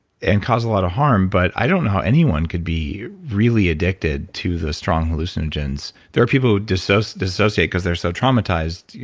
and cause a lot of harm, but i don't know how anyone could be really addicted to the strong hallucinogens. there are people who dissociate dissociate because there so traumatized to,